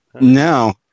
No